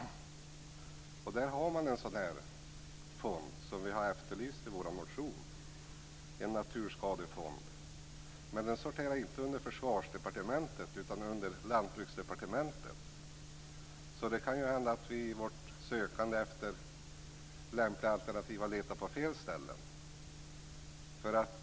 Man har i Norge en sådan naturskadefond som vi har efterlyst i vår motion. Den sorterar dock inte under försvarsdepartementet utan under lantbruksdepartementet. Det kan alltså hända att vi i vårt sökande efter lämpliga alternativ har letat på fel ställen.